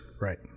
right